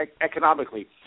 economically